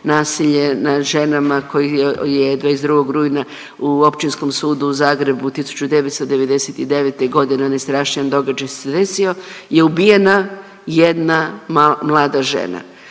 nasilje nad ženama koji je 22. rujna u Općinskom sudu u Zagrebu 1999. godine onaj strašan događaj se desio, je ubijena jedna mlada žena,